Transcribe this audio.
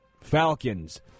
Falcons